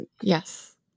yes